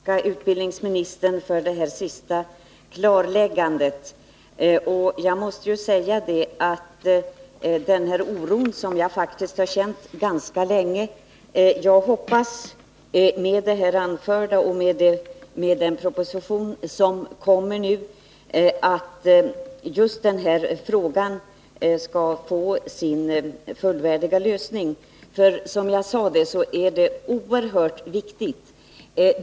Herr talman! Jag får också tacka utbildningsministern för det här sista klarläggandet. Jag har känt oro på den här punkten ganska länge. Jag hoppas att denna fråga nu skall få sin fullvärdiga lösning med vad utbildningsministern här sagt och med den proposition som kommer i januari. Detta är, som jag sade tidigare, oerhört viktigt.